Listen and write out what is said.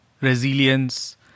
resilience